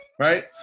right